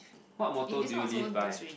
what motto did you live by